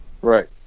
Right